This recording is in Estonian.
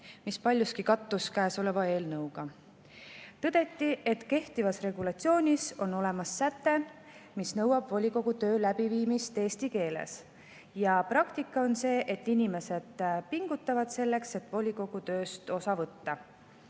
mis paljuski kattus käesoleva eelnõuga. Tõdeti, et kehtivas regulatsioonis on olemas säte, mis nõuab volikogu töö läbiviimist eesti keeles, ja praktika on see, et inimesed pingutavad selleks, et volikogu tööst osa võtta.